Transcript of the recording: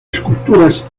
esculturas